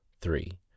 three